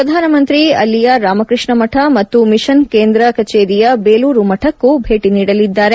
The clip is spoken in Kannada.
ಪ್ರಧಾನಮಂತ್ರಿ ಅಲ್ಲಿಯ ರಾಮಕೃಷ್ಣ ಮಠ ಮತ್ತು ಮಿಷನ್ ಕೇಂದ್ರ ಕಚೇರಿಯ ಬೇಲೂರು ಮಠಕ್ಕೂ ಭೇಟ ನೀಡಲಿದ್ದಾರೆ